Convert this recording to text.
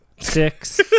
six